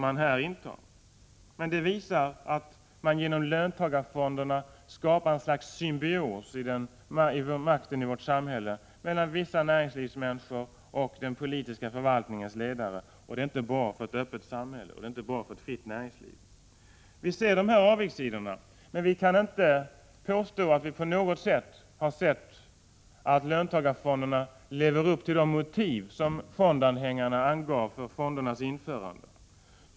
Men det visar att man genom löntagarfonderna skapar ett slags symbios i makten i vårt samhälle mellan vissa personer i näringslivet och den politiska förvaltningens ledare. Det är inte bra för ett öppet samhälle och ett fritt näringsliv. Vi ser dessa avigsidor, men vi kan inte påstå att vi på något vis har sett att löntagarfonderna lever upp till de motiv som fondanhängarna angav för fondernas införande.